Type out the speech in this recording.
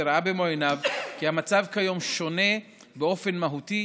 וראה במו עיניו כי המצב כיום שונה באופן מהותי